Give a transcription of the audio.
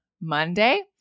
Monday